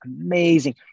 amazing